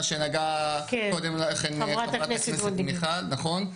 מה שנגעה קודם לכן חברת הכנסת מיכל.